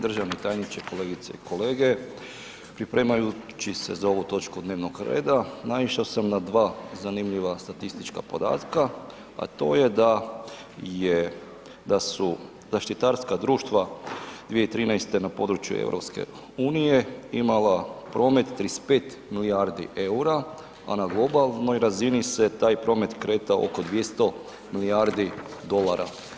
Državni tajniče, kolegice i kolege pripremajući se za ovu točku dnevnog reda naišao sam na dva zanimljiva statistička podatka, a to je da je, da su zaštitarska društva 2013. na području EU imala promet 35 milijardi EUR-a, a na globalnoj razini se taj promet kretao oko 200 milijardi dolara.